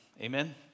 Amen